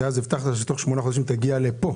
כי אז הבטחת שתוך שמונה חודשים תגיע לפה